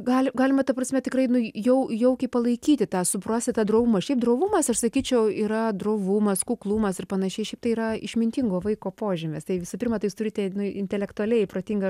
gali galima ta prasme tikrai jau jaukiai palaikyti tą suprasti tą drovumą šiaip drovumas aš sakyčiau yra drovumas kuklumas ir panašiai šiaip tai yra išmintingo vaiko požymis tai visų pirma tai jūs turite nu intelektualiai protingą